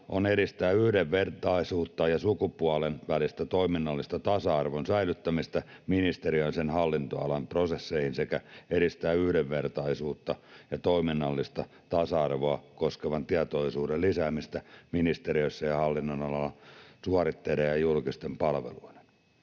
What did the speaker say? on edistää yhdenvertaisuuden ja sukupuolten välisen toiminnallisen tasa-arvon sisällyttämistä ministeriön ja sen hallinnonalan prosesseihin sekä edistää yhdenvertaisuutta ja toiminnallista tasa-arvoa koskevan tietoisuuden lisäämistä ministeriössä ja hallinnonalalla suorittein ja julkisin palveluin”